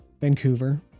Vancouver